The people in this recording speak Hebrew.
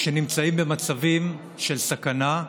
שנמצאים במצבים של סכנה,